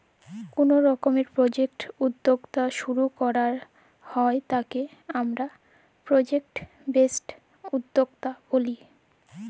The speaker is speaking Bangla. কল রকমের প্রজেক্ট উদ্যক্তা শুরু করাক হ্যয় তাকে হামরা প্রজেক্ট বেসড উদ্যক্তা ব্যলি